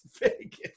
Vegas